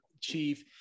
Chief